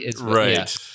Right